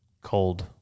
cold